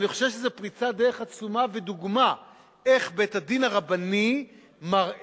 אני חושב שזה פריצת דרך עצומה ודוגמה איך בית-הדין הרבני מראה